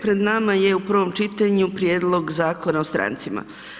Pred nama je u prvom čitanju prijedlog Zakona o strancima.